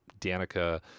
Danica